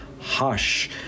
Hush